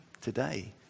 today